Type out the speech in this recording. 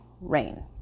rain